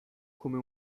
come